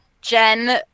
Jen